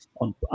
on